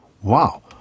Wow